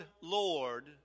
Lord